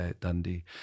Dundee